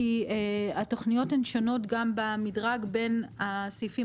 כי התוכניות הן שונות גם במדרג בין הסעיפים